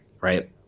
right